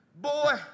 boy